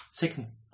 Second